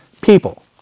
people